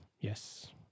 Yes